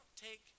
take